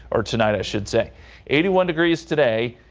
our tonight i should say eighty one degrees today,